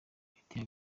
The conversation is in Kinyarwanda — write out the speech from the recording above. biteye